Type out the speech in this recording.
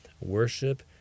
worship